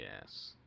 Yes